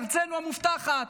ארצנו המובטחת.